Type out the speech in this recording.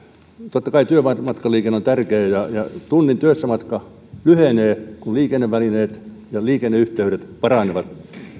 totta kai työmatkaliikenne on tärkeä ja ja tunnin työmatka lyhenee kun liikennevälineet ja liikenneyhteydet paranevat